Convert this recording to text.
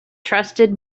trusted